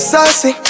Saucy